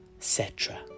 Cetra